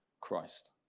Christ